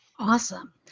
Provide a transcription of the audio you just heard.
Awesome